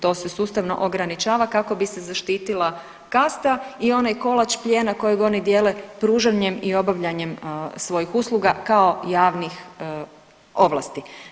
To se sustavno ograničava kako bi se zaštitila kasta i onaj kolač plijena kojeg oni dijele pružanjem i obavljanjem svojih usluga kao javnih ovlasti.